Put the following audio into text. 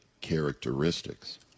characteristics